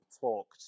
talked